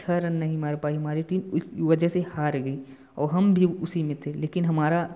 छः रन नहीं मार पाई हमारी टीम उस वजह से हर गई और हम भी उसी में थे लेकिन हमारा